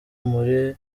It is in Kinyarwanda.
muri